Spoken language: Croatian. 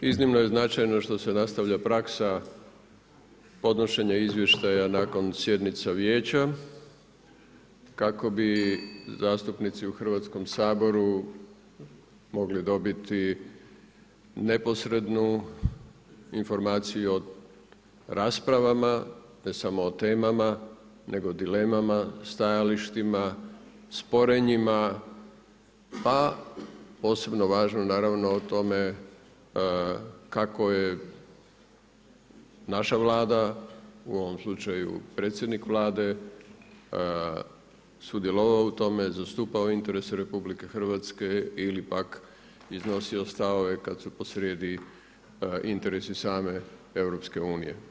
Iznimno je značajno što se nastavlja praksa podnošenje izvještaja nakon sjednica Vijeća kako bi zastupnici u Hrvatskom saboru mogli dobiti neposrednu informaciju o raspravama, ne samo o temama, nego o dilemama, stajalištima, sporenjima pa posebno važno naravno o tome kako je naša Vlada u ovom slučaju predsjednik Vlade, sudjelovao u tome, zastupao interese RH ili pak iznosio stavove kada su posrijedi interesi same EU.